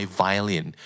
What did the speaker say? violin